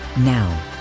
Now